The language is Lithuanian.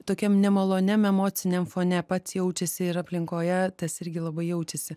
tokiam nemaloniam emociniam fone pats jaučiasi ir aplinkoje tas irgi labai jaučiasi